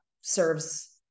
serves